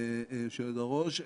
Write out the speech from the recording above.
גברתי היושבת-ראש,